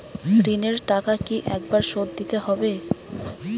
ঋণের টাকা কি একবার শোধ দিতে হবে?